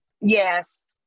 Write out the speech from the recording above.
Yes